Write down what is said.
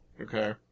Okay